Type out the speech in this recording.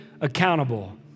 accountable